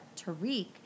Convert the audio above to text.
Tariq